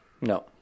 No